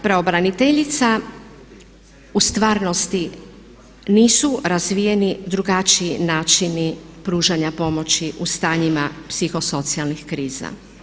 Pravobraniteljica u stvarnosti nisu razvijene drugačiji načini pružanja pomoći u stanjim psihosocijalnih kriza.